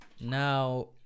now